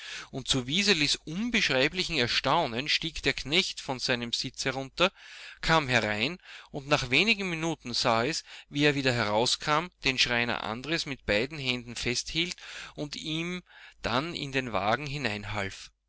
und zu wiselis unbeschreiblichem erstaunen stieg der knecht von seinem sitz herunter kam herein und nach wenigen minuten sah es wie er wieder herauskam den schreiner andres mit beiden armen festhielt und ihm dann in den wagen